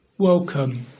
Welcome